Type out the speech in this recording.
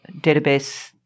database